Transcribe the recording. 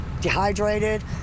dehydrated